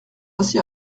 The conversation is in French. assis